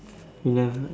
you never